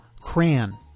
Cran